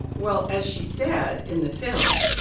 well, as she said in the film,